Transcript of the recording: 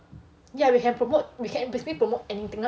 ya we can promote we can basically promote anything ah